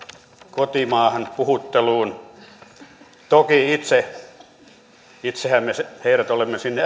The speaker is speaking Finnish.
kotimaahan puhutteluun toki itsehän me heidät olemme sinne